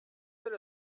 elle